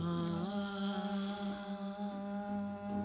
ah